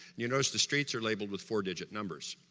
you notice the streets are labelled with four digit numbers.